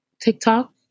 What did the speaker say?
TikTok